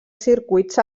circuits